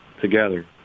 together